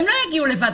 הן לא יגיעו לבד.